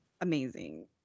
amazing